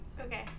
Okay